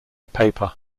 paper